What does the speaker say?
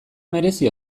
merezi